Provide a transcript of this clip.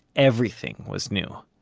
everything was new.